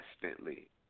constantly